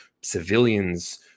civilians